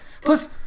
Plus